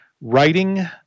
writing